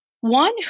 one